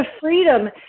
freedom